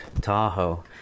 Tahoe